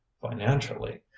financially